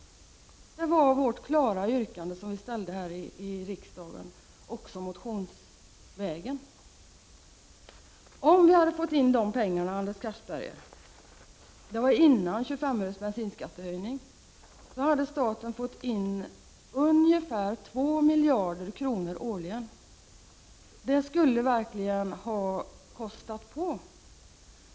Det var vårt klara yrkande, som vi ställde här i riksdagen, också motionsvägen. Om vi hade fått in dessa pengar, Anders Castberger — det var före bensinskattehöjningen på 25 öre — så hade staten fått in ungefär 2 miljarder kronor årligen. Det skulle verkligen ha kostat på.